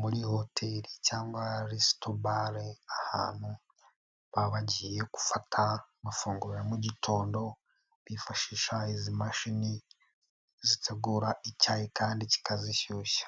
muri hoteli cyangwa resitobale, ahantu baba bagiye gufata amafunguro ya mu gitondo, bifashisha izi mashini zitegura icyayi kandi kikazishyushya.